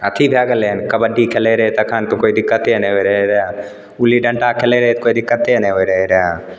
अथी भए गेलै हन कबड्डी खेलै रहै तखन तऽ कोइ दिक्कते नहि होइ रहै रऽ गुल्ली डण्टा खेलै रहै तऽ कोइ दिक्कते नहि होइ रहै रऽ